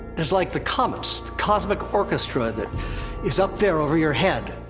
it was like the comets. the cosmic orchestra that is up there, over your head.